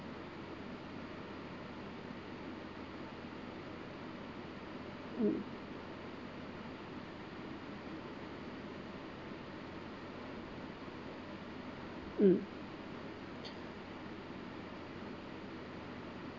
hmm hmm